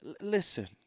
listen